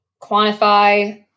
quantify